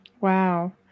wow